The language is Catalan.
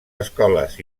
escoles